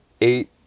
eight